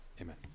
Amen